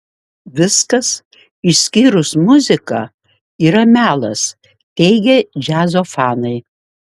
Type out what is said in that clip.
viskas išskyrus muziką yra melas teigia džiazo fanai